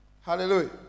Hallelujah